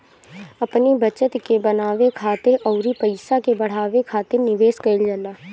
अपनी बचत के बनावे खातिर अउरी पईसा के बढ़ावे खातिर निवेश कईल जाला